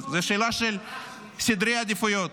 זו שאלה של סדרי עדיפויות.